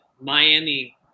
miami